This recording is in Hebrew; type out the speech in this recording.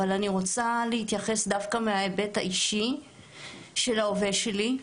אבל אני רוצה להתייחס דווקא מההיבט האישי של ההווה שלי.